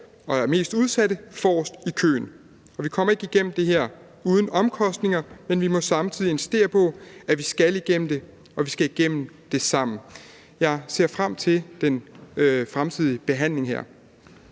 og er mest udsatte, forrest i køen. Vi kommer ikke igennem det her uden omkostninger, men vi må samtidig insistere på, at vi skal igennem det, og at vi skal igennem det sammen. Jeg ser frem til den fremtidige behandling.